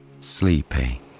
sleepy